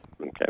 Okay